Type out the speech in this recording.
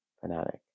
fanatic